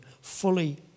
fully